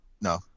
No